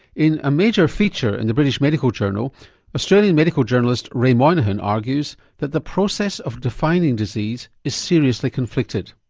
in a major feature in the british medical journal australian medical journalist ray moynihan argues that the process of defining disease is seriously conflicted.